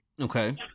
Okay